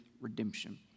redemption